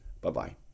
Bye-bye